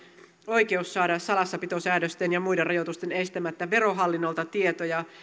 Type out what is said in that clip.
oikeus saada salassapitosäädösten ja muiden rajoitusten estämättä verohallinnolta tietoja